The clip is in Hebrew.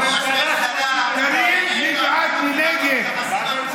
בממשלה השלושים-ושתיים, מי בעד, מי נגד.